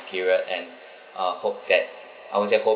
period and uh hope that I will just hope